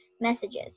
messages